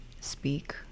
speak